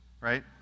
right